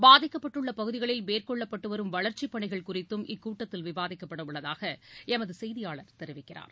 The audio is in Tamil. பாதிக்கப்பட்டுள்ள பகுதிகளில் மேற்கொள்ளப்பட்டு வரும் வளர்ச்சிப் பணிகள் குறித்தும் இக்கூட்டத்தில் விவாதிக்கப்படவுள்ளதாக எமது செய்தியாளர் தெரிவிக்கிறார்